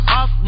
off